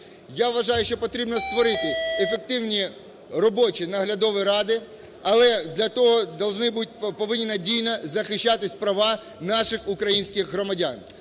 Я вважаю, що потрібно створити ефективні робочі наглядові ради, але для того повинні надійно захищатись права наших українських громадян.